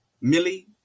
millie